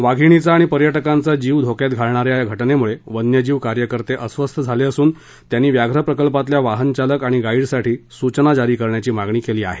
वाधिणीचा आणि पर्यटकांचा जीव धोक्यात घालणा या या घटनेमुळे वन्यजीव कार्यकर्ते अस्वस्थ झाले असुन त्यांनी व्याघ्र प्रकल्पातल्या वाहन चालक आणि गा ऊसाठी सुचना जारी करण्याची मागणी केली आहे